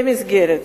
במסגרת